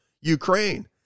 Ukraine